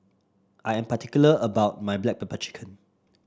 I am particular about my Black Pepper Chicken